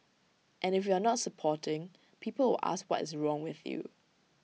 and if you are not supporting people will ask what is wrong with you